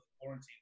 quarantine